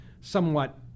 somewhat